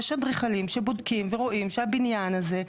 יש אדריכלים שבודקים ורואים שהבניין הזה,